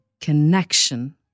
connection